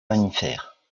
mammifères